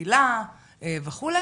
משכילה וכו',